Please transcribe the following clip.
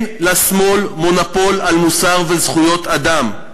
אין לשמאל מונופול על מוסר וזכויות אדם.